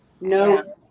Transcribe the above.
No